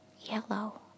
yellow